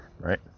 right